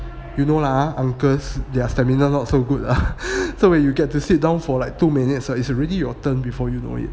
you know lah ah uncles their stamina not so good so where you get to sit down for like two minutes ah it's already your turn before you know it